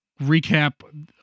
recap